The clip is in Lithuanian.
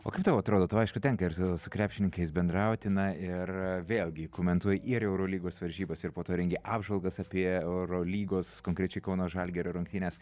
o kaip tau atrodo tada aišku tenka ir su krepšininkais bendrauti na ir vėlgi komentuoja ir eurolygos varžybas ir po to rengia apžvalgas apie eurolygos konkrečiai kauno žalgirio rungtynes